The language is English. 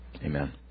Amen